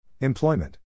Employment